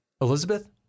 Elizabeth